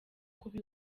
kuba